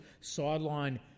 sideline